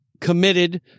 committed